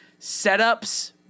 setups